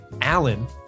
Alan